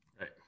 Right